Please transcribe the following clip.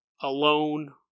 alone